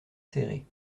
céré